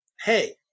hey